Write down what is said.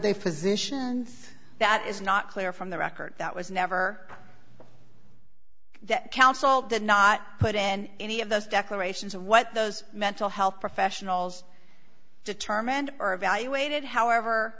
they physicians that is not clear from the record that was never that counsel did not put in any of those declarations of what those mental health professionals determined or evaluated however